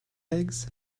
eggs